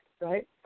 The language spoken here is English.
right